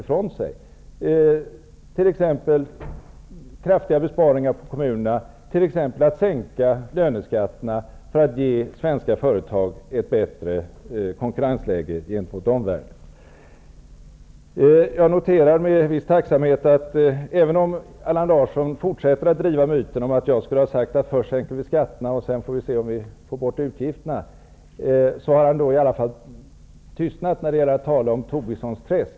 Det gäller t.ex. kraftiga besparingar på kommunerna och åtgärden att sänka löneskatterna för att ge svenska företag ett bättre konkurrensläge gentemot omvärlden. Jag noterar med viss tacksamhet att även om Allan Larsson fortsätter att sprida myten om att jag skulle ha sagt att vi först skall sänka skatten och sedan se om vi kan minska utgifterna, har han i alla fall tystnat i sitt tal om ''Tobissons träsk''.